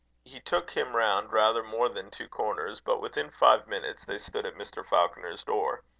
he took him round rather more than two corners but within five minutes they stood at mr. falconer's door.